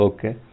Okay